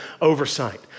oversight